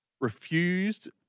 refused